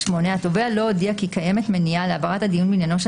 (8)התובע לא הודיע כי קיימת מניעה להעברת הדיון בעניינו של